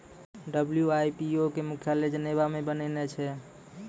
WIPO के मुख्यालय Geneva मे बनैने छै